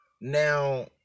now